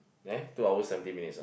eh two hour seventeen minutes ah